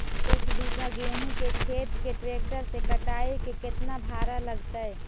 एक बिघा गेहूं के खेत के ट्रैक्टर से कटाई के केतना भाड़ा लगतै?